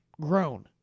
grown